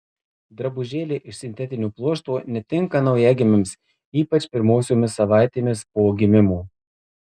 drabužėliai iš sintetinio pluošto netinka naujagimiams ypač pirmosiomis savaitėmis po gimimo